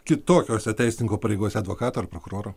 kitokiose teisininko pareigose advokato ar prokuroro